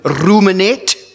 Ruminate